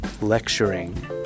lecturing